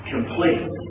complete